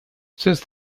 since